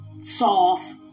soft